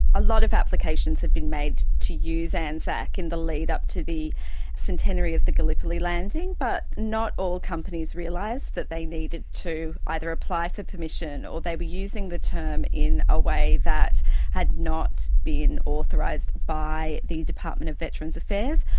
a lot of applications had been made to use anzac in the lead up to the centenary of the gallipoli landing, but not all companies realised that they needed to either apply for permission or they were using the term in a way that had not been authorised by the department of veterans' affairs.